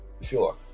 sure